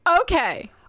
Okay